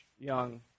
young